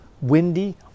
windy